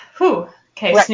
Okay